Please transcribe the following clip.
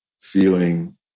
feeling